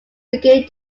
begin